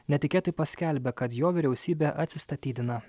netikėtai paskelbė kad jo vyriausybė atsistatydina